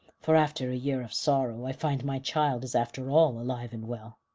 for after a year of sorrow i find my child is after all alive and well.